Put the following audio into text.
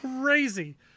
crazy